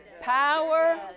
Power